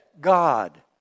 God